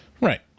Right